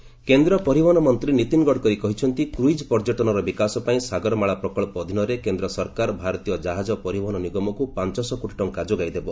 ଗଡ଼କରୀ କେନ୍ଦ୍ର ପରିବହନ ମନ୍ତ୍ରୀ ନୀତିନ ଗଡ଼କରି କହିଛନ୍ତି କ୍ରଇଜ୍ ପର୍ଯ୍ୟଟନର ବିକାଶ ପାଇଁ ସାଗରମାଳା ପ୍ରକଳ୍ପ ଅଧୀନରେ କେନ୍ଦ୍ର ସରକାର ଭାରତୀୟ ଜାହାଜ ପରିବହନ ନିଗମକୁ ପାଞ୍ଚଶହ କୋଟି ଟଙ୍କା ଯୋଗାଇ ଦେବ